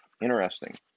Interesting